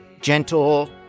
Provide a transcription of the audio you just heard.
gentle